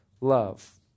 love